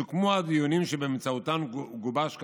סוכמו הדיונים שבאמצעותם גובש,